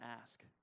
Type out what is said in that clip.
ask